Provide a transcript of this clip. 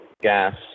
gas